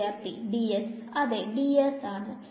വിദ്യാർത്ഥി dS അതെ dS ആണ്